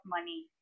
money